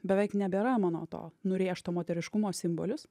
beveik nebėra mano to nurėžto moteriškumo simbolis